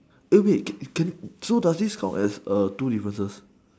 eh wait can so does this count as err two differences